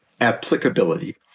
applicability